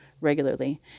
regularly